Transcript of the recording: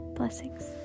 blessings